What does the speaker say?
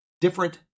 different